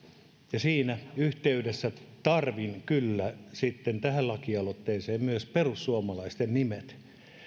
siinä yhteydessä tarvitsen kyllä sitten tähän lakialoitteeseen myös perussuomalaisten nimet